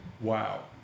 wow